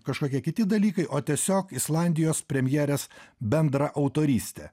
kažkokie kiti dalykai o tiesiog islandijos premjerės bendraautorystė